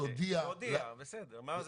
זה כאילו מהרגע